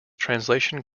translation